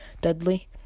Dudley